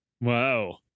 Wow